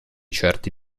certi